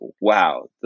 wow